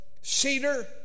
cedar